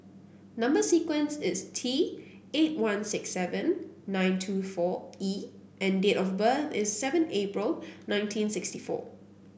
number sequence is T eight one six seven nine two four E and date of birth is seven April nineteen sixty four